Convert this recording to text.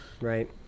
Right